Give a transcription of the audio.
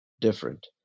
different